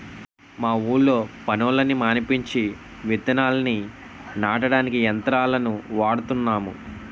మా ఊళ్ళో పనోళ్ళని మానిపించి విత్తనాల్ని నాటడానికి యంత్రాలను వాడుతున్నాము